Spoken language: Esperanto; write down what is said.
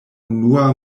unua